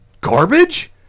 garbage